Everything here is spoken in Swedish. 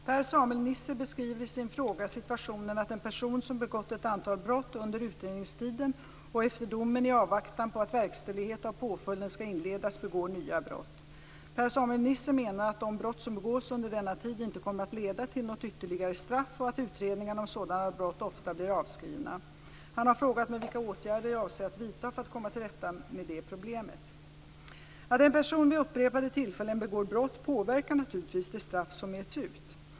Herr talman! Per-Samuel Nisser beskriver i sin fråga situationen att en person som begått ett antal brott under utredningstiden och efter domen, i avvaktan på att verkställigheten av påföljden ska inledas, begår nya brott. Per-Samuel Nisser menar att de brott som begås under denna tid inte kommer att leda till något ytterligare straff och att utredningarna om sådana brott ofta blir avskrivna. Han har frågat mig vilka åtgärder jag avser att vidta för att komma till rätta med detta problem. Att en person vid upprepade tillfällen begår brott påverkar naturligtvis det straff som mäts ut.